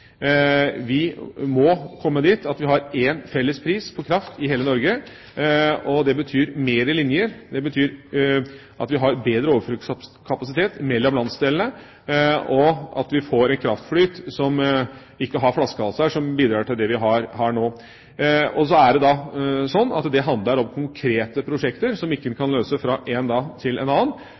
Vi må komme dit at vi har én felles pris på kraft i hele Norge. Det betyr flere linjer, det betyr at vi har bedre overføringskapasitet mellom landsdelene, og at vi får en kraftflyt som ikke har flaskehalser som bidrar til den situasjonen vi har nå. Så er det sånn at det handler om konkrete prosjekter som en ikke kan løse fra én dag til en annen.